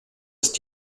ist